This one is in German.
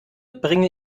bringe